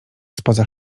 spoza